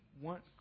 want